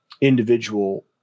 individual